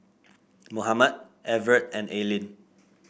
Mohamed Evert and Aylin